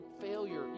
failure